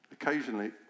Occasionally